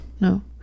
no